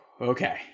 Okay